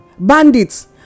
Bandits